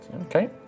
Okay